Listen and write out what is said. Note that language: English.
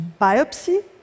biopsy